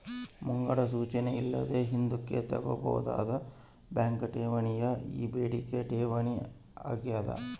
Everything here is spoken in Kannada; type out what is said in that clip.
ಮುಂಗಡ ಸೂಚನೆ ಇಲ್ಲದೆ ಹಿಂದುಕ್ ತಕ್ಕಂಬೋದಾದ ಬ್ಯಾಂಕ್ ಠೇವಣಿಯೇ ಈ ಬೇಡಿಕೆ ಠೇವಣಿ ಆಗ್ಯಾದ